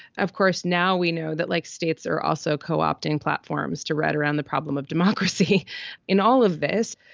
of course, now we know that like states are also co-opting platforms to read around the problem of democracy in all of this.